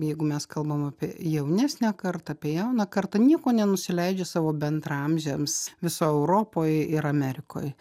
jeigu mes kalbam apie jaunesnę kartą apie jauną kartą niekuo nenusileidžia savo bendraamžiams visoj europoj ir amerikoj